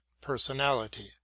personality